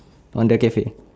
on the cafe